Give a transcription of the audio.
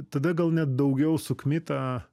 tada gal net daugiau su kmita